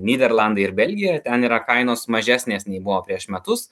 nyderlandai ir belgija ten yra kainos mažesnės nei buvo prieš metus